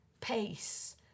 pace